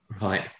right